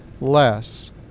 less